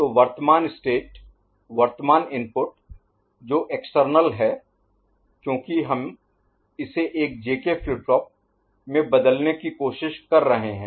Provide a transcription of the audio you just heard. तो वर्तमान स्टेट वर्तमान इनपुट जो एक्सटर्नल External बाहर हैं क्योंकि हम इसे एक जेके फ्लिप फ्लॉप में बदलने की कोशिश कर रहे हैं